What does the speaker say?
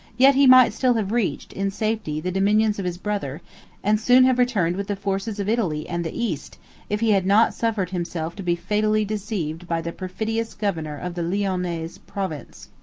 yet he might still have reached, in safety, the dominions of his brother and soon have returned with the forces of italy and the east if he had not suffered himself to be fatally deceived by the perfidious governor of the lyonnese province.